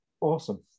Awesome